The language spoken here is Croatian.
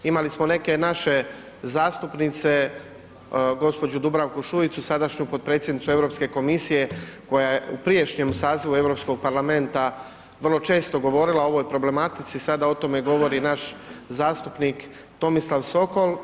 Imali smo neke naše zastupnice, gđu. Dubravku Šuicu, sadašnju potpredsjednicu EU komisije koja je u prijašnjem sazivu EU parlamenta vrlo često govorila o ovoj problematici, sada o tome govori naš zastupnik Tomislav Sokol.